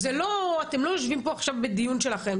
זה לא אתם לא יושבים פה עכשיו בדיון שלכם,